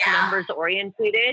numbers-oriented